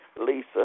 Lisa